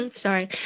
sorry